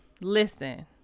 Listen